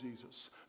Jesus